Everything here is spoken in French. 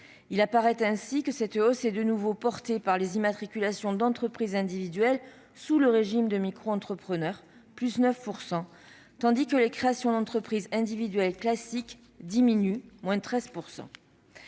Il apparaît ainsi que cette hausse est de nouveau portée par les immatriculations d'entreprises individuelles sous le régime de la microentreprise, en augmentation de 9 %, tandis que les créations d'entreprises individuelles classiques diminuent de 13 %.